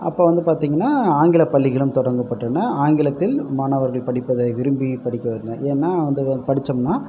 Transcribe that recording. அப்போ வந்து பார்த்திங்கன்னா ஆங்கில பள்ளிகளும் தொடங்கப்பட்டன ஆங்கிலத்தில் மாணவர்கள் படிப்பதை விரும்பி படிக்க ஏன்னா படிச்சோம்னா